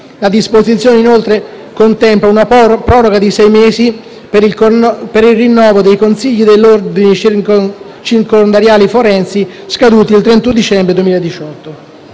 La disposizione, inoltre, contempla una proroga di sei mesi per il rinnovo dei consigli degli ordini circondariali forensi scaduti il 31 dicembre 2018.